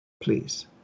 Please